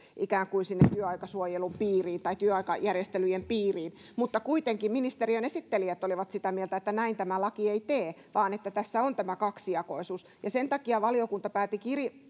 ikään kuin sinne työaikasuojelun piiriin tai työaikajärjestelyjen piiriin mutta kuitenkin ministeriön esittelijät olivat sitä mieltä että näin tämä laki ei tee vaan tässä on tämä kaksijakoisuus sen takia valiokunta päätti